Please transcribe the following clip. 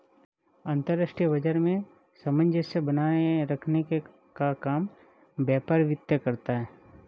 अंतर्राष्ट्रीय बाजार में सामंजस्य बनाये रखने का काम व्यापार वित्त करता है